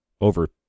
over